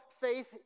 faith